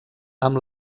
amb